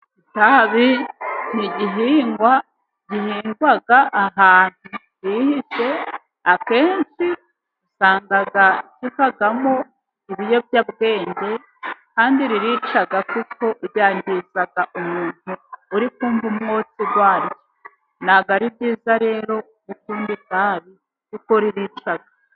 Itabi ni igihingwa gihingwa ahantu hihishe, akenshi usanga kivamo ibiyobyabwenge kandi ririca kuko ryangiza umuntu uri kumva umwotsi waryo. Ntabwo ari byiza rero gukunda itabi kuko ririca.